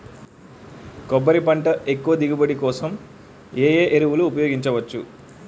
కొబ్బరి పంట ఎక్కువ దిగుబడి కోసం ఏ ఏ ఎరువులను ఉపయోగించచ్చు?